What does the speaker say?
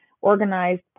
organized